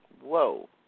Whoa